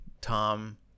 Tom